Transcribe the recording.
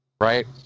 right